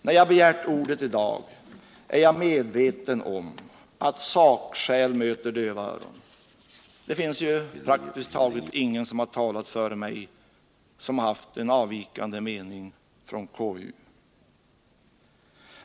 När jag begär ordet i dag har jag varit medveten om att sakskäl möter döva öron. Det finns praktiskt taget ingen som har talat före mig som har haft en från konstitutionsutskottet avvikande mening.